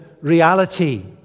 reality